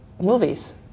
movies